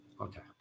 Okay